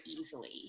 easily